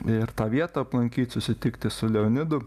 ir tą vietą aplankyt susitikti su leonidu